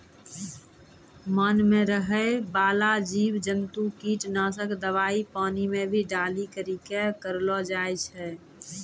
मान मे रहै बाला जिव जन्तु किट नाशक दवाई पानी मे भी डाली करी के करलो जाय छै